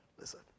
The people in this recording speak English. Listen